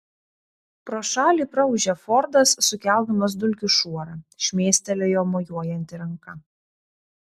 pro šalį praūžė fordas sukeldamas dulkių šuorą šmėstelėjo mojuojanti ranka